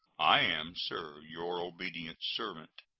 i am, sir, your obedient servant,